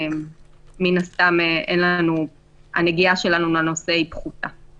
מן הסתם הנגיעה שלנו אליהם פחותה.